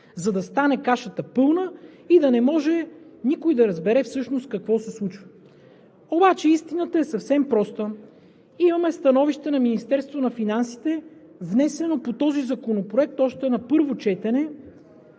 за да стане кашата пълна и да не може никой да разбере всъщност какво се случва. Истината обаче е съвсем проста. Имаме становище на Министерството на финансите, внесено по този законопроект още на първо четене